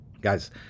Guys